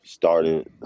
started –